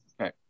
Okay